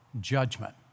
judgment